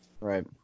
Right